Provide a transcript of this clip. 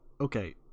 Okay